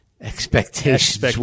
expectations